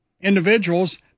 individuals